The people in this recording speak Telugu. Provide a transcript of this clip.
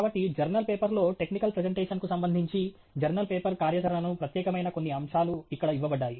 కాబట్టి జర్నల్ పేపర్లో టెక్నికల్ ప్రెజెంటేషన్కు సంబంధించి జర్నల్ పేపర్ కార్యాచరణను ప్రత్యేకమైన కొన్ని అంశాలు ఇక్కడ ఇవ్వబడ్డాయి